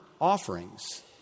offerings